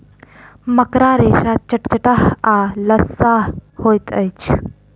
मकड़ा रेशा चटचटाह आ लसाह होइत अछि